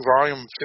Volume